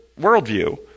worldview